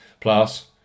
plus